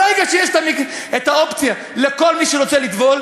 ברגע שיש אופציה לכל מי שרוצה לטבול,